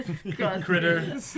critter